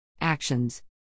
Actions